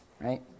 right